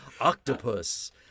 octopus